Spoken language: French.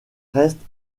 reste